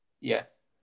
Yes